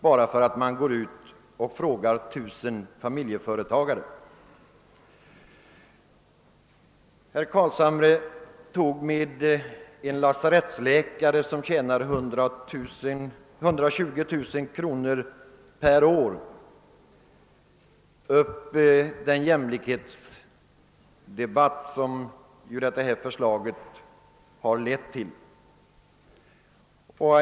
Herr Carlshamre tog med ett exempel på en lasarettsläkare med en årslön av 120 000 kr. upp den jämlikhetsdebatt som skatteförslaget har lett till.